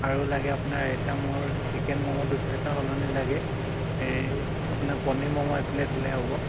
আৰু লাগে আপোনাৰ এটা মোৰ চিকেন ম'ম' দুই প্লে'টৰ সলনি লাগে আপোনাৰ পনিৰ ম'ম' এক প্লে'ট হ'লে হ'ব